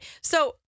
so-